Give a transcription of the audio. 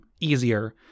easier